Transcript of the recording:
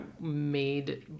made